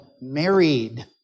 married